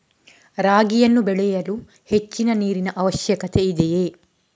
ರಾಗಿಯನ್ನು ಬೆಳೆಯಲು ಹೆಚ್ಚಿನ ನೀರಿನ ಅವಶ್ಯಕತೆ ಇದೆಯೇ?